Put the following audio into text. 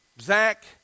Zach